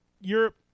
Europe